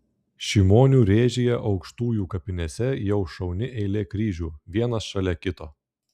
šimonių rėžyje aukštujų kapinėse jau šauni eilė kryžių vienas šalia kito